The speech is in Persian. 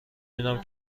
میدم